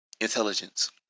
intelligence